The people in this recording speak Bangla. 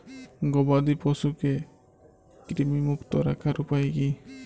গবাদি পশুকে কৃমিমুক্ত রাখার উপায় কী?